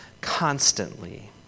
constantly